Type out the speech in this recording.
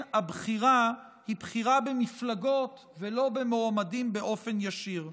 הבחירה היא בחירה במפלגות ולא במועמדים באופן ישיר.